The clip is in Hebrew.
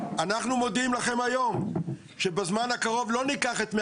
אנחנו מודיעים לכם היום שבזמן הקרוב לא ניקח את מי